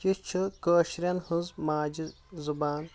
یہِ چھِ کٲشرٮ۪ن ہٕنٛز ماجہِ زُبان